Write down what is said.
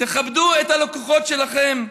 תכבדו את הלקוחות שלכם.